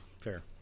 fair